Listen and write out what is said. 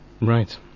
right